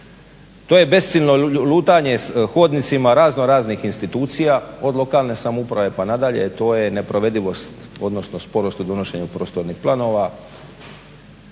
To je besciljno lutanje hodnicima razno raznih institucija od lokalne samouprave pa nadalje, to je neprovedivost odnosno sporost u donošenju prostornih planova,